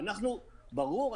ברור.